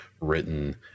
written